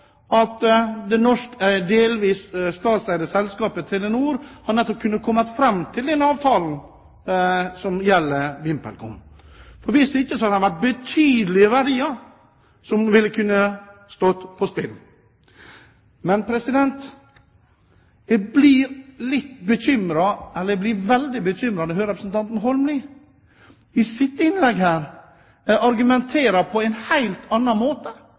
at det delvis statseide selskapet Telenor nettopp har kunnet komme fram til den avtalen som gjelder VimpelCom. Hvis ikke hadde betydelige verdier kunnet stå på spill. Men jeg blir veldig bekymret når jeg hører representanten Holmelid. I sitt innlegg her argumenterer han på en helt annen måte